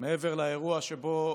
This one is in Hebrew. מעבר לאירוע שבו